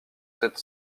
sept